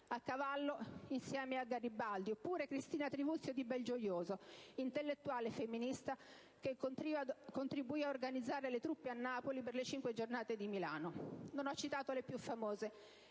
a Napoli insieme a Garibaldi; Cristina Trivulzio di Belgiojoso, intellettuale e femminista che contribuì ad organizzare le truppe a Napoli per le Cinque giornate di Milano. Non ho citato le più famose